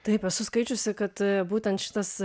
taip esu skaičiusi kad būtent šitas